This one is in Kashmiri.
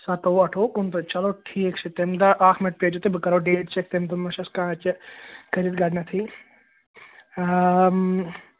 سَتووُہ اَٹھووُہ کُنتٕرٛہ چلو ٹھیٖک چھِ تٔمۍ دۄہ اَکھ مِنٹ پیٛٲریوٗ تُہۍ بہٕ کَرو ڈیٹ چَک تٔمۍ دۄہ ما چھِ اَسہِ کانٛہہ یہِ گۄڈٕنٮ۪تھٕے